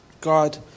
God